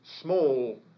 small